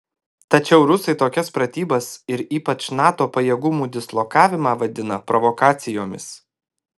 tačiau rusai tokias pratybas ir ypač nato pajėgumų dislokavimą vadina provokacijomis